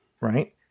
Right